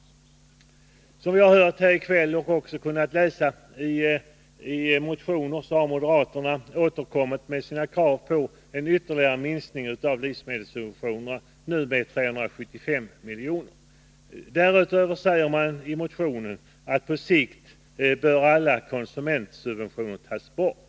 Som vi har hört i kväll och även kunnat läsa i motioner har moderaterna i år återkommit med sina krav på en ytterligare minskning av livsmedelssubventionerna, nu med 375 milj.kr. Därutöver säger man i en motion att på sikt alla konsumentsubventioner skall tas bort.